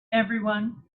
everyone